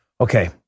Okay